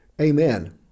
amen